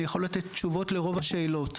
אני יכול לתת תשובות לרוב השאלות.